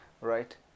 right